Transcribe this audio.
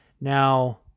Now